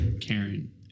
Karen